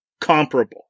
comparable